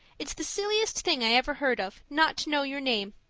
it's the silliest thing i ever heard of, not to know your name.